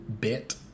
bit